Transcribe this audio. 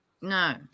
No